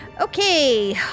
Okay